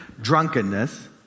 drunkenness